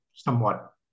somewhat